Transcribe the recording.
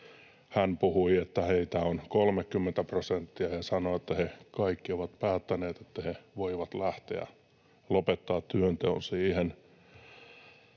puhui, että heitä on 30 prosenttia, ja sanoi, että he kaikki ovat päättäneet, että he voivat lähteä, lopettaa työnteon siihen.